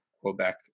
Quebec